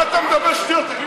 מה אתה מדבר שטויות, תגיד לי?